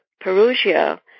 Perugia